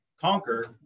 conquer